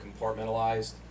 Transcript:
compartmentalized